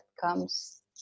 comes